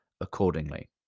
accordingly